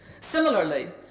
Similarly